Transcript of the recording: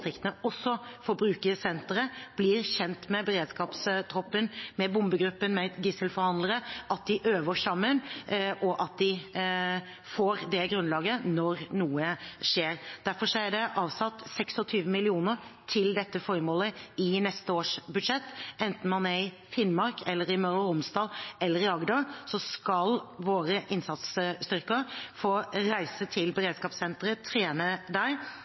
også får bruke senteret, blir kjent med beredskapstroppen, med bombegruppen, med gisselforhandlere, at de øver sammen, og at de får det grunnlaget når noe skjer. Derfor er det avsatt 26 mill. kr til dette formålet i neste års budsjett. Enten man er i Finnmark, Møre og Romsdal eller i Agder, skal våre innsatsstyrker få reise til beredskapssenteret og trene